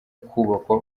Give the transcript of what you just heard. kubakwa